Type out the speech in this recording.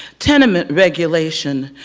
tenement regulation,